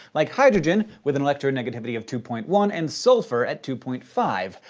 like hydrogen, with an electronegativity of two point one, and sulfur, at two point five.